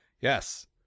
Yes